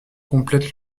complète